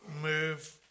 move